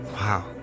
Wow